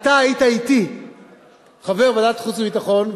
אתה היית אתי חבר ועדת החוץ והביטחון,